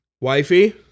Wifey